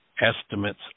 Estimates